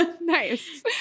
Nice